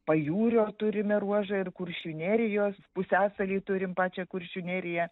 pajūrio turime ruožą ir kuršių nerijos pusiasalį turim pačią kuršių neriją